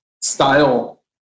style